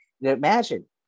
imagine